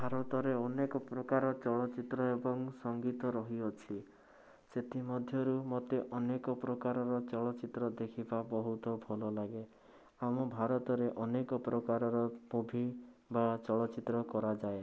ଭାରତରେ ଅନେକପ୍ରକାର ଚଳଚ୍ଚିତ୍ର ଏବଂ ସଙ୍ଗୀତ ରହିଅଛି ସେଥିମଧ୍ୟରୁ ମୋତେ ଅନେକ ପ୍ରକାରର ଚଳଚ୍ଚିତ୍ର ଦେଖିବା ବହୁତ ଭଲ ଲାଗେ ଆମ ଭାରତରେ ଅନେକ ପ୍ରକାରର ମୁଭି ବା ଚଳଚ୍ଚିତ୍ର କରାଯାଏ